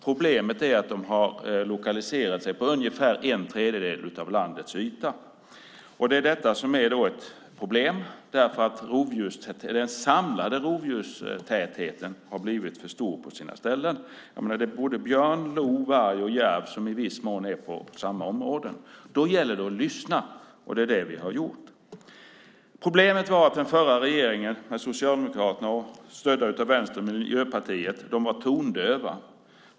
Problemet är att de har lokaliserat sig på ungefär en tredjedel av landets yta. Det är det som är ett problem. Den samlade rovdjurstätheten har blivit för stor på sina ställen. Det är både björn, lo, varg och järv som i viss mån är på samma områden. Då gäller det att lyssna. Det är det vi har gjort. Problemet var att den förra regeringen med Socialdemokraterna stödda av Vänstern och Miljöpartiet var tondöv.